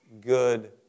good